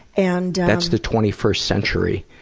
and that's the twenty-first century,